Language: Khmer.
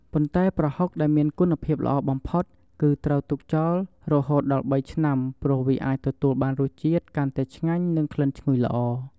ប៉ុន្តែប្រហុកដែលមានគុណភាពល្អបំផុត គឺត្រូវទុកចោលរហូតដល់ ៣ ឆ្នាំ ព្រោះវាអាចទទួលបានរសជាតិកាន់តែឆ្ងាញ់និងក្លិនឈ្ងុយល្អ។